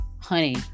honey